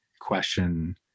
question